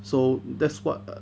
so that's what err